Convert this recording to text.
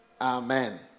Amen